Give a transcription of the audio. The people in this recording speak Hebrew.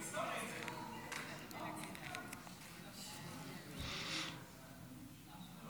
אני